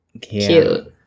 Cute